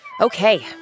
Okay